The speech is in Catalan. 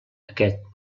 aquest